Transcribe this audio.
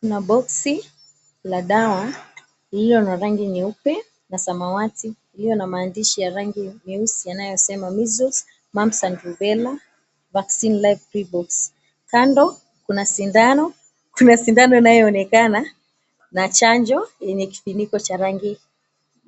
Kuna boxi la dawa lililo na rangi nyeupe na samawati, iliyo na maandishi ya rangi nyeusi iliyosema Measles, mumps and Rubella, Vaccine, Live, PRIORIX. Kando kuna sindano inayoonekana na chanjo yenye kifiniko cha rangi